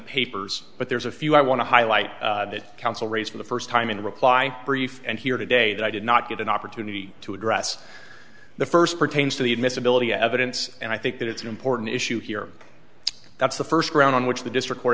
papers but there's a few i want to highlight that counsel raise for the first time in the reply brief and here today that i did not get an opportunity to address the first pertains to the admissibility of evidence and i think that it's an important issue here that's the first ground on which the district